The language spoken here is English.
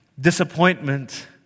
disappointment